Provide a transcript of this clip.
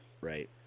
Right